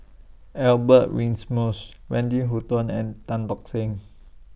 Albert Winsemius Wendy Hutton and Tan Tock Seng